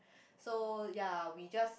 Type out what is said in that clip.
so ya we just